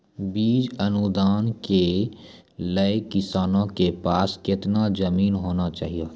बीज अनुदान के लेल किसानों के पास केतना जमीन होना चहियों?